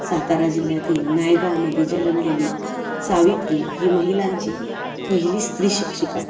सातारा जिल्ह्यातील नायगावमध्ये जन्मलेली सावित्री ही महिलांची पहिली स्त्री शिक्षिका